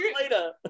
later